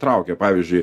traukė pavyzdžiui